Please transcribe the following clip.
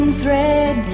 thread